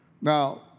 Now